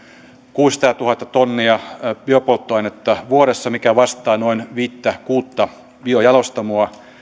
kuusisataatuhatta tonnia biopolttoainetta vuodessa mikä vastaa noin viittä kuutta biojalostamoa